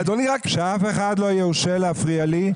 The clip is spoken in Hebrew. שאף אחד לא יורשה להפריע לי.